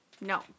No